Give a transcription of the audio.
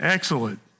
Excellent